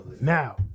now